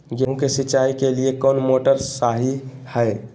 गेंहू के सिंचाई के लिए कौन मोटर शाही हाय?